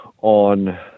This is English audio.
on